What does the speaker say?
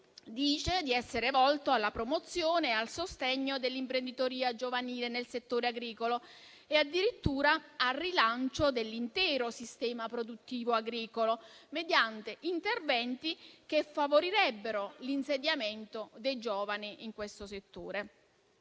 che si intende volto alla promozione e al sostegno dell'imprenditoria giovanile nel settore agricolo e addirittura al rilancio dell'intero sistema produttivo agricolo, mediante interventi che favorirebbero l'insediamento dei giovani nel settore.